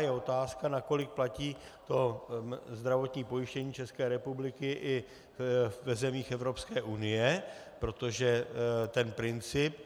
Je otázka, nakolik platí zdravotní pojištění České republiky i v zemích Evropské unie, protože ten princip